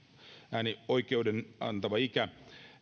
äänioikeuden antava ikä